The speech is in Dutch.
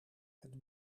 het